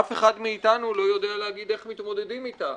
אף אחד מאיתנו לא יודע להגיע איך מתמודדים איתה.